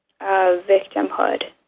victimhood